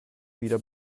wieder